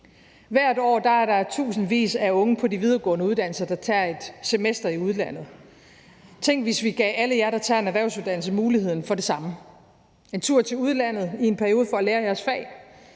Hvert år er der tusindvis af unge på de videregående uddannelser, der tager et semester i udlandet. Tænk, hvis vi gav alle jer, der tager en erhvervsuddannelse, muligheden for det samme. Det kunne være en tur til udlandet i en periode for at lære jeres fag.